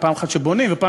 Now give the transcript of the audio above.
ואני בעדו.